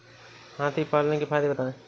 हाथी पालने के फायदे बताए?